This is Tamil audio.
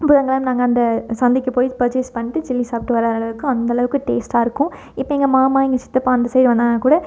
புதன் கிழம நாங்கள் அந்த சந்தைக்கு போய் பர்ச்சேஸ் பண்ணிட்டு சில்லி சாப்பிட்டு வர அளவுக்கு அந்த அளவுக்கு டேஸ்ட்டாக இருக்கும் இப்போ எங்கள் மாமா எங்கள் சித்தப்பா அந்த சைடு வந்தாங்கனால் கூட